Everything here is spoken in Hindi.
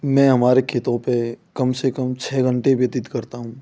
मैं हमारे खेतों पर कम से कम छः घंटे व्यतीत करता हूँ